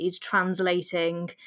translating